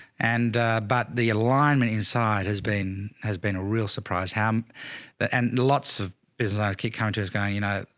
and but the alignment inside has been, has been a real surprise how that and lots of bizarre key counters going, you know,